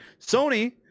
Sony